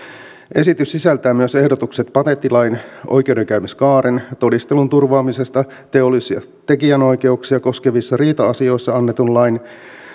esitys sisältää myös ehdotukset patenttilain oikeudenkäymiskaaren todistelun turvaamisesta teollis ja tekijänoikeuksia koskevissa riita asioissa annetun lain